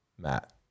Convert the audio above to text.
Matt